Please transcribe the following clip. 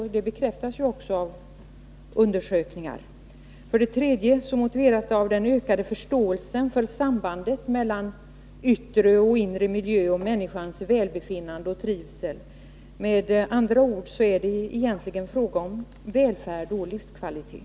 Detta bekräftas av undersökningar. För det tredje motiveras en utvärdering av en ökad förståelse för sambandet mellan yttre och inre miljö och människans välbefinnande och trivsel. Med andra ord är det fråga om välfärd och livskvalitet.